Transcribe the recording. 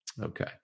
Okay